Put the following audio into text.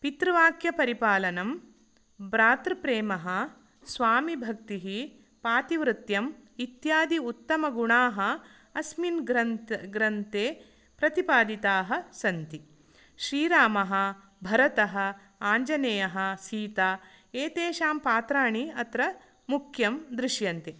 पितृवाक्यपरिपालनं भ्रातृप्रेमः स्वामिभक्तिः पातिवृत्यम् इत्यादि उत्तमगुणाः अस्मिन् ग्रन्थे प्रतिपादिताः सन्ति श्रीरामः भरतः आञ्जनेयः सीता एतेषां पात्राणि अत्र मुख्यं दृश्यन्ते